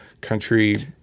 country